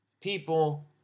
People